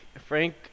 Frank